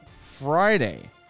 Friday